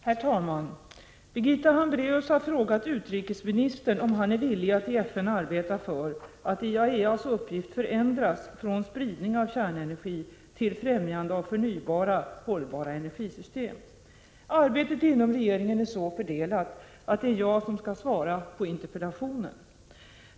Herr talman! Birgitta Hambraeus har frågat utrikesministern om han är villig att i FN arbeta för att IAEA:s uppgift förändras från spridning av kärnenergi till främjande av förnybara, hållbara energisystem. Arbetet inom regeringen är så fördelat att det är jag som skall svara på interpellationen.